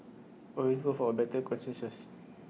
always go for A better consensus